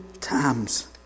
times